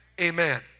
Amen